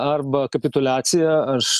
arba kapituliacija aš